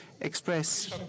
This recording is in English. express